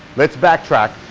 let's backtrack.